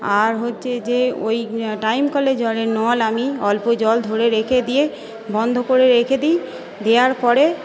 আর হচ্ছে যে ওই টাইম কলের জলের নল আমি অল্প জল ধরে রেখে দিয়ে বন্ধ করে রেখে দি দেওয়ার পড়ে